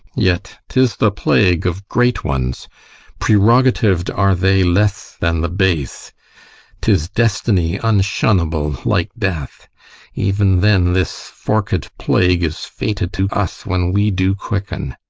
yet, tis the plague of great ones prerogativ'd are they less than the base tis destiny unshunnable, like death even then this forked plague is fated to us when we do quicken.